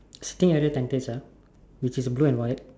sitting area tentage ah which is blue and white